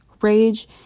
rage